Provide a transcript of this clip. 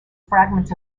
fragments